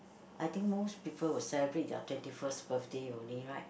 I think most people will celebrate their twenty first birthday only right